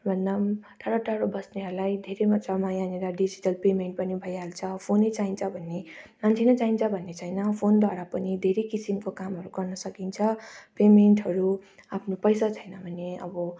भन्दा टाढो टाढो बस्नेहरूलाई धेरैमा छ म यहाँनिर डिजिटल पेमेन्ट पनि भइहाल्छ फोनै चाहिन्छ भन्ने मान्छे नै चाहिन्छ भन्ने छैन फोनद्वारा पनि धेरै किसिमको कामहरू गर्न सकिन्छ पेमेन्टहरू आफ्नो पैसा छैन भने अब